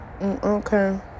okay